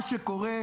מה שקורה,